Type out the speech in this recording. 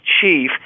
chief